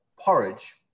porridge